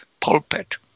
pulpit